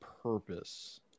Purpose